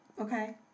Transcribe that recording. Okay